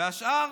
והשאר